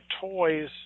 toys